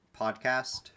podcast